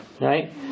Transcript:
right